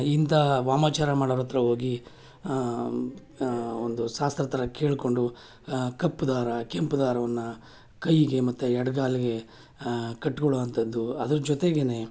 ಇಂಥ ವಾಮಾಚಾರ ಮಾಡೋರ ಹತ್ರ ಹೋಗಿ ಒಂದು ಶಾಸ್ತ್ರತನ ಕೇಳಿಕೊಂಡು ಕಪ್ಪು ದಾರ ಕೆಂಪು ದಾರವನ್ನು ಕೈಗೆ ಮತ್ತು ಎಡಗಾಲ್ಗೆ ಕಟ್ಕೊಳ್ಳುವಂಥದ್ದು ಅದ್ರ ಜೊತೆಗೇನೆ